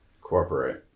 cooperate